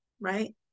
right